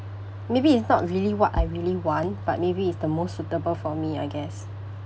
maybe it's not really what I really want but maybe it's the most suitable for me I guess